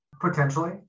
Potentially